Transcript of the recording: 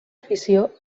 afició